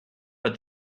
but